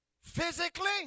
physically